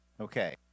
Okay